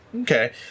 okay